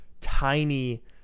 tiny